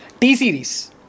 T-Series